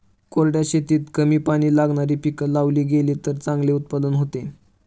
कोरड्या शेतीत कमी पाणी लागणारी पिकं लावली गेलीत तर चांगले उत्पादन होते